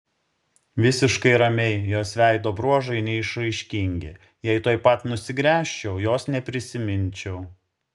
visiškai ramiai jos veido bruožai neišraiškingi jei tuoj pat nusigręžčiau jos neprisiminčiau